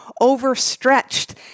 overstretched